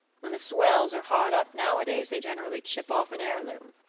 when the swells are hard-up nowadays they generally chip off an heirloom.